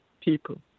people